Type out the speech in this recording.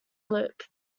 loop